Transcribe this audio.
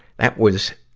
that was,